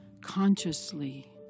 consciously